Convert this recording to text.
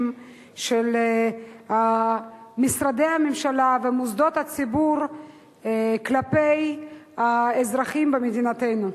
של משרדי הממשלה ומוסדות הציבור כלפי אזרחים במדינתנו.